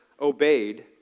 obeyed